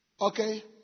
Okay